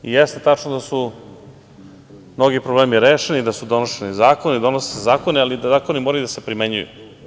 Jeste tačno da su mnogi problemi rešeni, da su donošeni zakoni, donose se zakoni, ali da zakoni moraju da se primenjuju.